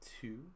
two